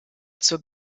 zur